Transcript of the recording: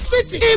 City